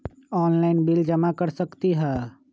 Online bill जमा कर सकती ह?